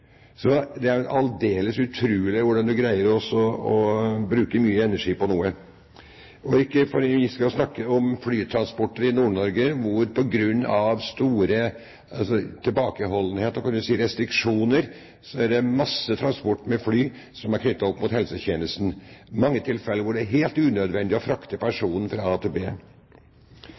Det er jo aldeles utrolig hvordan man greier å bruke mye energi på noe – for ikke å snakke om flytransporten i Nord-Norge, hvor det på grunn av store restriksjoner er masse transport med fly som er knyttet opp mot helsetjenesten, i mange tilfeller hvor det er helt unødvendig å frakte personen fra